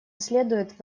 следует